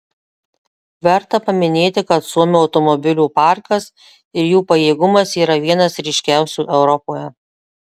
verta paminėti kad suomių automobilių parkas ir jų pajėgumas yra vienas ryškiausių europoje